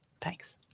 Thanks